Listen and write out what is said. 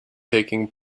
taking